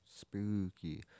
Spooky